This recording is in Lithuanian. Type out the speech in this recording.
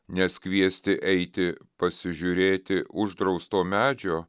nes kviesti eiti pasižiūrėti uždrausto medžio